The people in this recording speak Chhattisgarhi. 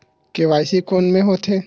के.वाई.सी कोन में होथे?